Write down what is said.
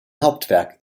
hauptwerk